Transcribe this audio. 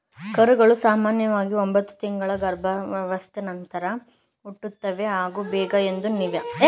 ಕರುಗಳು ಸಾಮನ್ಯವಾಗಿ ಒಂಬತ್ತು ತಿಂಗಳ ಗರ್ಭಾವಸ್ಥೆಯ ನಂತರ ಹುಟ್ಟುತ್ತವೆ ಹಾಗೂ ಬೇಗ ಎದ್ದು ನಿಲ್ತದೆ